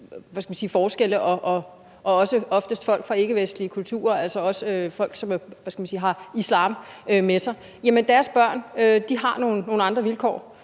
forskelle – det gælder oftest folk fra ikkevestlige kulturer, altså folk, som har islam med sig – har deres børn nogle andre vilkår,